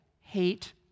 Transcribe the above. hate